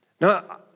Now